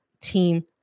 team